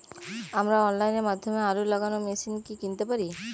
আমরা অনলাইনের মাধ্যমে আলু লাগানো মেশিন কি কিনতে পারি?